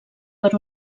per